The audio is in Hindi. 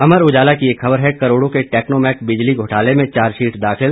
अमर उजाला की एक खबर है करोड़ों के टैक्नोमेक बिजली घोटाले में चार्जशीट दाखिल